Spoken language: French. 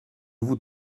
vous